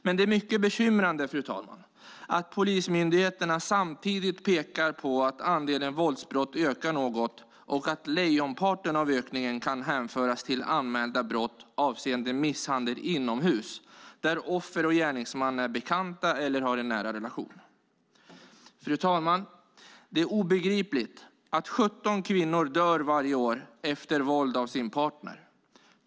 Men det är mycket bekymrande att polismyndigheterna samtidigt pekar på att andelen våldsbrott ökar något och att lejonparten av ökningen kan hänföras till anmälda brott avseende misshandel inomhus där offer och gärningsman är bekanta eller har en nära relation. Fru talman! Det är obegripligt att 17 kvinnor dör varje år efter våld från sin partner.